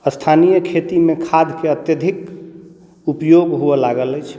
स्थानीय खेतीमे खादके अत्यधिक उपयोग हुअ लागल अछि